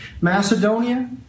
Macedonia